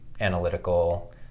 analytical